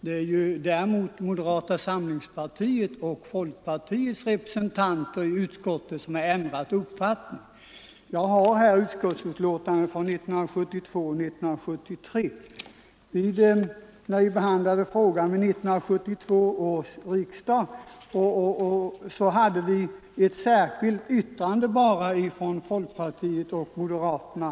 Det är moderata samlingspartiets och folkpartiets representanter i utskottet som har ändrat uppfattning. Jag har här utskottets betänkanden från 1972 och 1973. När vi behandlade frågan vid 1972 års riksdag fanns det bara ett särskilt yttrande från folkpartiet och moderaterna.